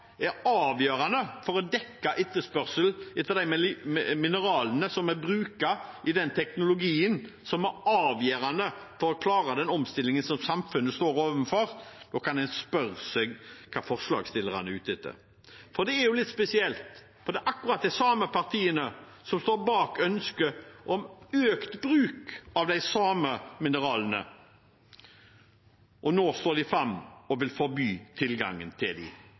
er avgjørende for å dekke etterspørselen etter de mineralene som vi bruker i den teknologien som er avgjørende for å klare den omstillingen som samfunnet står overfor, kan en spørre seg hva forslagsstillerne er ute etter. Det er jo litt spesielt, for det er akkurat de samme partiene som står bak ønsket om økt bruk av de samme mineralene. Nå står de fram og vil forby tilgangen til